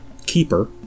keeper